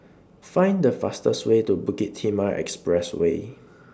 Find The fastest Way to Bukit Timah Expressway